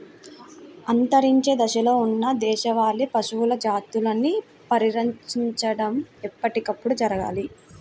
అంతరించే దశలో ఉన్న దేశవాళీ పశువుల జాతులని పరిరక్షించడం ఎప్పటికప్పుడు జరగాలి